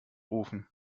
ofen